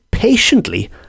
Patiently